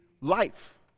life